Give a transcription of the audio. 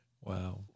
Wow